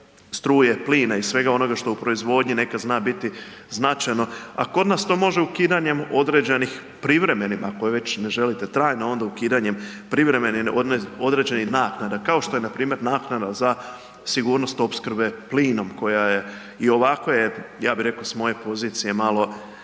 struje, plina i svega onoga što u proizvodnji nekad zna biti značajno, a kod nas to može ukidanjem određenih, privremenim ako ih već ne želite trajno, onda ukidanjem privremenih određenih naknada, kao što je na primjer naknada za sigurnost opskrbe plinom koja je, i ovako je, ja bih rekao s moje pozicije malo